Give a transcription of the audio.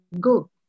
go